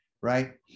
right